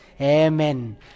Amen